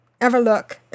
Everlook